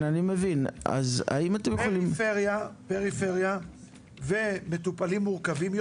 פריפריה ומטופלים מורכבים יותר.